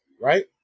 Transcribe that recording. Right